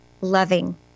loving